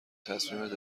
تصمیمت